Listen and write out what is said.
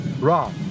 Raw